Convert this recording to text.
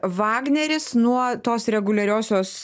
vagneris nuo tos reguliariosios